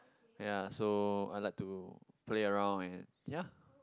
yea so I like to play around and ya